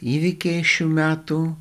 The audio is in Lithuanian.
įvykiai šių metų